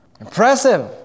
Impressive